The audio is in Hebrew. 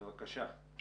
בבקשה.